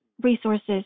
resources